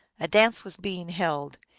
a dance was being held,